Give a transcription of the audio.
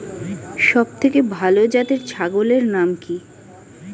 সবথেকে ভালো জাতের ছাগলের নাম কি?